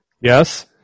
Yes